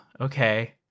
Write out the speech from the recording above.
okay